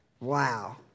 Wow